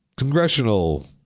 Congressional